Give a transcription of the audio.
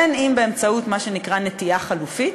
אם באמצעות מה שנקרא נטיעה חלופית,